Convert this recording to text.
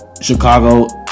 Chicago